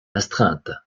astreinte